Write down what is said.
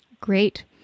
Great